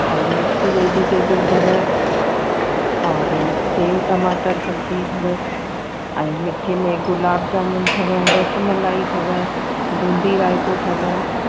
ऐं mix vegetable अथव और सेव टमाटर सब्जी अथव ऐं मिठे में गुलाब जामुन अथव रसमलाई अथव बूंदी राइतो अथव